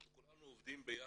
אנחנו כולנו עובדים ביחד.